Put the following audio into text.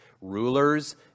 Rulers